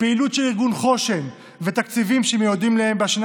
פעילות של ארגון חוש"ן ותקציבים שמיועדים להם בשנה